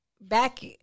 back